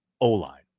O-line